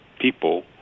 people